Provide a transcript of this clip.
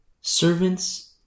servants